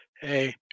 Hey